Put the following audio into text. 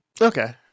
Okay